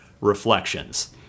reflections